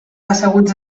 asseguts